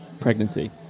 pregnancy